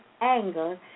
anger